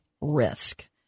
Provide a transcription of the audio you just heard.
risk